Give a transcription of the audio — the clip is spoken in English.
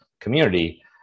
community